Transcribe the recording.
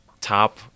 top